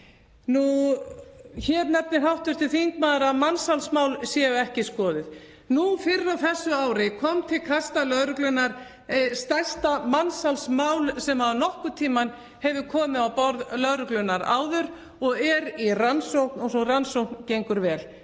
Hér nefnir hv. þingmaður að mansalsmál séu ekki skoðuð. Nú fyrr á þessu ári kom til kasta lögreglunnar stærsta mansalsmál sem nokkurn tímann hefur komið á borð hennar áður og er í rannsókn og sú rannsókn gengur vel.